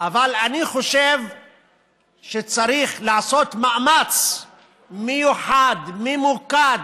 אבל אני חושב שצריך לעשות מאמץ מיוחד, ממוקד,